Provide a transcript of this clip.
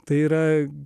tai yra